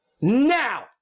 Now